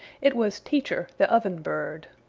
it was teacher the oven bird.